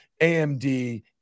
AMD